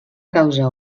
causa